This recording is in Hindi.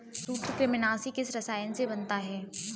सूत्रकृमिनाशी किस रसायन से बनता है?